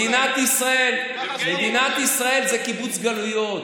מדינת ישראל זה קיבוץ גלויות.